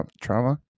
trauma